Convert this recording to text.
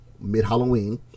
mid-halloween